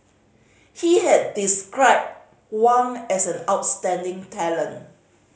he had described Wang as an outstanding talent